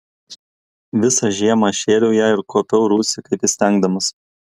visą žiemą aš šėriau ją ir kuopiau rūsį kaip įstengdamas